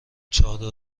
چادر